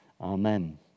Amen